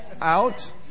out